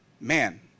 man